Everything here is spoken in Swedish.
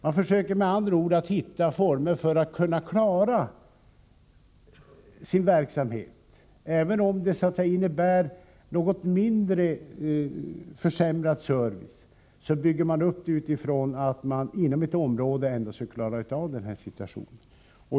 Man försöker med andra ord att hitta former för att klara sin verksamhet. Även om det innebär något försämrad service bygger man upp organisationen med syftet att man inom området ändå skall klara situationen.